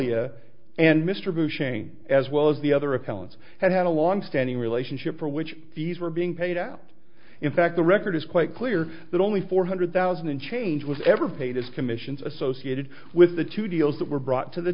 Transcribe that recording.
shane as well as the other accounts have had a longstanding relationship for which these were being paid out in fact the record is quite clear that only four hundred thousand and change was ever paid as commissions associated with the two deals that were brought to the